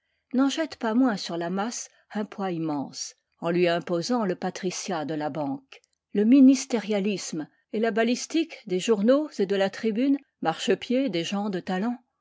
n'en jette pas moins sur la masse un poids immense en lui imposant le patriciat de la banque le ministérialisme et la balistique des journaux et de la tribune marchepieds des gens de talent